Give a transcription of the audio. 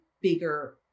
bigger